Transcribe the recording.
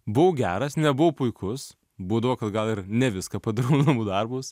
buvau geras nebuvau puikus būdavo gal ir ne viską padarau namų darbus